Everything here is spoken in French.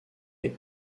est